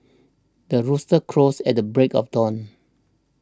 the rooster crows at the break of dawn